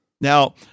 Now